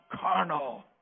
carnal